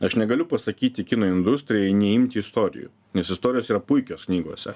aš negaliu pasakyti kino industrijai neimti istorijų nes istorijos yra puikios knygose